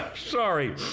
Sorry